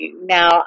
Now